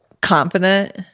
confident